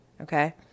okay